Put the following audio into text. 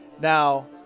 Now